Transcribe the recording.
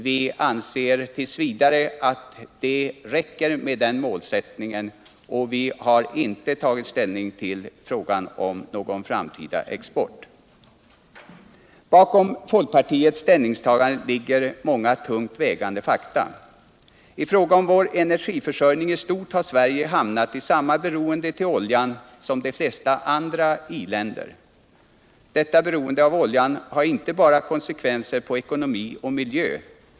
Vi anser att det 1. v. räcker med den målsättningen, och vi har inte tagit ställning till frågan om någon framtida export. Bakom folkpartiets ställningstagande ligger många tungt vägande fakta. 1 fråga om vår energiförsörjning i stort har Sverige hamnat i samma beroende till oljan som de flesta andra i-länder. Detta beroende av oljan har inte bara konsekvenser för ekonomi och miljö.